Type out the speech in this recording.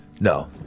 No